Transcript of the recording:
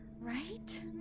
right